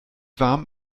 warm